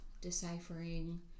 deciphering